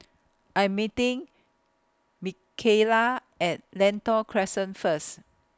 I'm meeting Mikayla At Lentor Crescent First